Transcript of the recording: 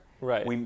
Right